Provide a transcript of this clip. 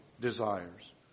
desires